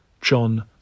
John